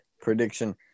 prediction